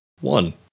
one